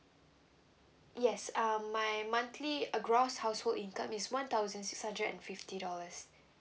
yes um my monthly uh gross household income is one thousand six hundred and fifty dollars